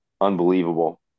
unbelievable